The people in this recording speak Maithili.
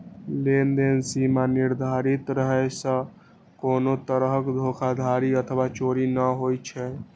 लेनदेन सीमा निर्धारित रहै सं कोनो तरहक धोखाधड़ी अथवा चोरी नै होइ छै